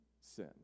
sin